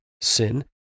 sin